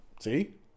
See